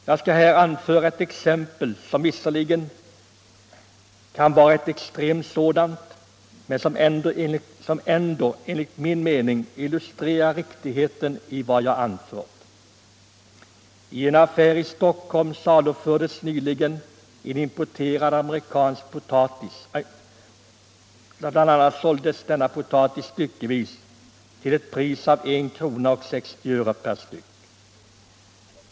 Jag skall här anföra ett exempel, som visserligen kan vara ett extremt sådant men som ändå, enligt min mening, illustrerar riktigheten i vad jag anfört. I en affär i Stockholm salufördes nyligen en importerad amerikansk potatis. Bl.a. såldes denna potatis styckevis till ett pris av 1 kr. och 60 öre.